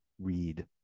read